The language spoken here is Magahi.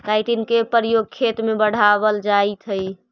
काईटिन के प्रयोग खेत में बढ़ावल जाइत हई